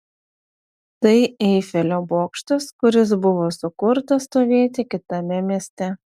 tai eifelio bokštas kuris buvo sukurtas stovėti kitame mieste